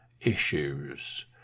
issues